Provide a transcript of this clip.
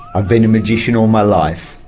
i've been a magician all my life,